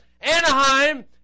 Anaheim